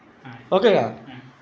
okay